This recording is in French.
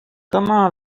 comment